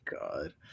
God